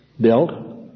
built